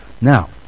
Now